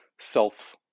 self